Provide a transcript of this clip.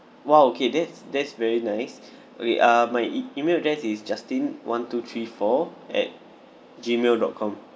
!wow! okay that's that's very nice okay uh my e~ email address is justin one two three four at gmail dot com